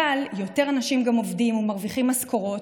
אבל גם יותר אנשים עובדים ומרוויחים משכורות,